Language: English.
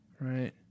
Right